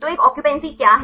तो एक ऑक्यूपेंसी क्या है